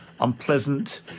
unpleasant